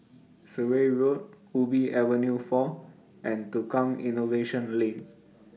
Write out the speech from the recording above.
Surrey Road Ubi Avenue four and Tukang Innovation Lane